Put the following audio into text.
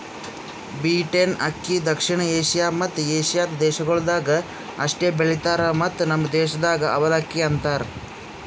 beaten ಅಕ್ಕಿ ದಕ್ಷಿಣ Asia ಮತ್ತ ಏಷ್ಯಾದ ದೇಶಗೊಳ್ದಾಗ್ ಅಷ್ಟೆ ಬೆಳಿತಾರ್ ಮತ್ತ ನಮ್ ದೇಶದಾಗ್ ಅವಲಕ್ಕಿ ಅಂತರ್